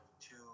two